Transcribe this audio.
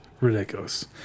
Ridiculous